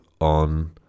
on